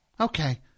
Okay